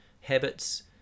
Habits